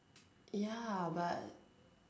ya but